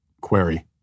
query